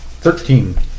Thirteen